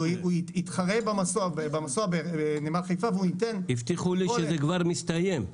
והוא יתחרה במסוע בנמל חיפה והוא ייתן --- הבטיחו לי שזה כבר מסתיים.